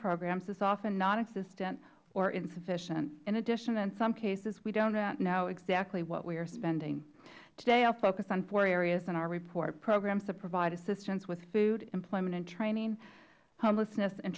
programs is often nonexistent or insufficient in addition in some cases we dont know exactly what we are spending today i will focus on four areas in our report of programs that provide assistance with food employment and training homelessness and